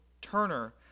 Turner